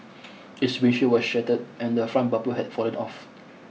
its windshield was shattered and the front bumper had fallen off